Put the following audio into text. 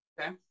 okay